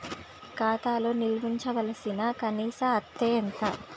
ఖాతా లో నిల్వుంచవలసిన కనీస అత్తే ఎంత?